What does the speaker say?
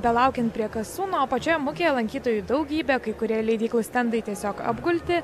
belaukiant prie kasų na o pačioje mugėje lankytojų daugybė kai kurie leidyklų stendai tiesiog apgulti